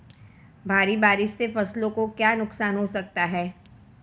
भारी बारिश से फसलों को क्या नुकसान हो सकता है?